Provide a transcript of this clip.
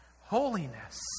holiness